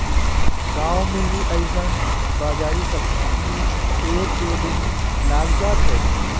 गांव में भी अइसन बाजारी सप्ताह में एक दू दिन लाग जात ह